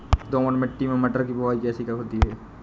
दोमट मिट्टी में मटर की बुवाई कैसे होती है?